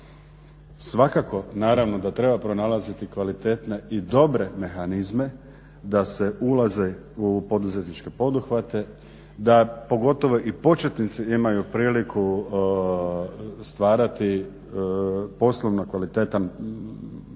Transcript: Svakako naravno da treba pronalaziti kvalitetne i dobre mehanizme da se ulazi u poduzetničke poduhvate da pogotovo i početnici imaju priliku stvarati poslovno kvalitetan poslovni